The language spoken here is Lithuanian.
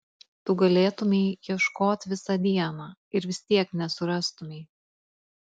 tu galėtumei ieškot visą dieną ir vis tiek nesurastumei